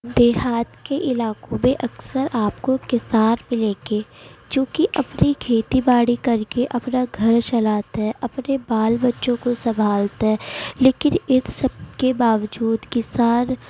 دیہات کے علاقوں میں اکثر آپ کو کسان ملیں گے جو کہ اپنی کھیتی باڑی کر کے اپنا گھر چلاتے ہیں اپنے بال بچوں کو سنبھالتے ہیں لیکن ان سب کے باوجود کسان